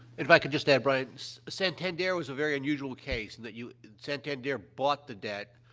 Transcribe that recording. if i could just add, brian, santander was a very unusual case that you santander bought the debt,